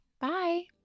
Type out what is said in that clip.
Bye